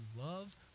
love